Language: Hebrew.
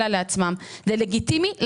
זה לגיטימי לחלוטין.